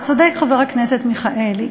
אתה צודק, חבר הכנסת מיכאלי.